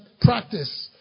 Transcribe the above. practice